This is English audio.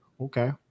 Okay